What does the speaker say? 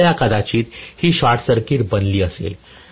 काही वेळा कदाचित ही शॉर्ट सर्किट बनली असेल